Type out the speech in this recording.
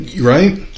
Right